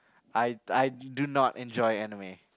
I I do not enjoy anime